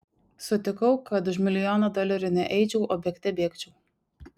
sutikau kad už milijoną dolerių ne eičiau o bėgte bėgčiau